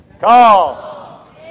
call